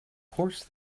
course